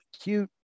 cute